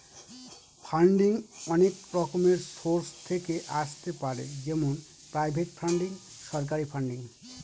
funding অনেক রকমের source থেকে আসতে পারে যেমন প্রাইভেট ফান্ডিং, সরকারি ফান্ডিং